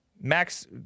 Max